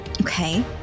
Okay